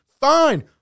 fine